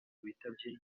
witabye